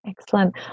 Excellent